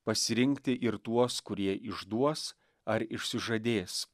pasirinkti ir tuos kurie išduos ar išsižadės